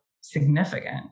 significant